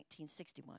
1961